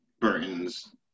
Burton's